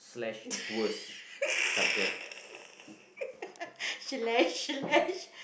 shlash shlash